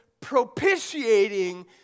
propitiating